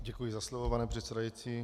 Děkuji za slovo, pane předsedající.